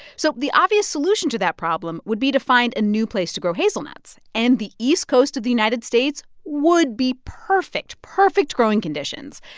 so the obvious solution to that problem would be to find a new place to grow hazelnuts. and the east coast of the united states would be perfect, perfect growing conditions,